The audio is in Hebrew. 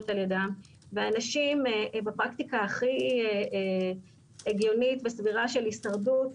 על ידם ואנשים בפרקטיקה הכי הגיונית וסבירה של הישרדות,